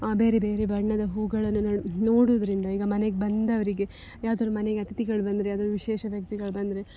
ಬೇರೆ ಬೇರೆ ಬಣ್ಣದ ಹೂವುಗಳನ್ನು ನೋಡೋದ್ರಿಂದ ಈಗ ಮನೆಗೆ ಬಂದವರಿಗೆ ಯಾವ್ದಾದ್ರು ಮನೆಯ ಅತಿಥಿಗಳು ಬಂದರೆ ಅದ್ರಲ್ಲಿ ವಿಶೇಷ ವ್ಯಕ್ತಿಗಳು ಬಂದರೆ